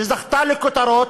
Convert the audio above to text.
שזכתה לכותרות,